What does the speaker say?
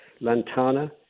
lantana